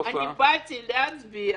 אני באתי להצביע.